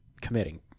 committing